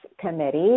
committee